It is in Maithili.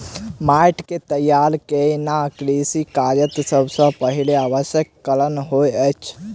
माइट के तैयार केनाई कृषि काजक सब सॅ पहिल आवश्यक चरण होइत अछि